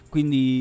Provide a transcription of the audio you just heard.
Quindi